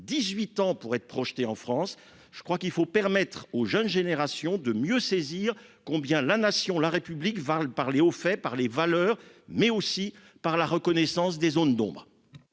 18 ans pour être projeté en France. Je crois qu'il faut permettre aux jeunes générations de mieux saisir combien la nation, la République va parler au fait par les valeurs mais aussi par la reconnaissance des zones d'ombres.